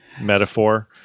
metaphor